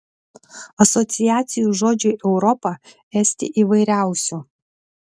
asociacijų žodžiui europa esti įvairiausių